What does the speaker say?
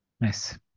Nice